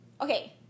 okay